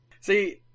See